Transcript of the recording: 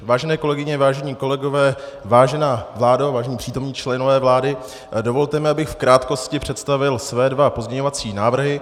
Vážené kolegyně, vážení kolegové, vážená vládo, vážení přítomní členové vlády, dovolte mi, abych v krátkosti představil své dva pozměňovací návrhy.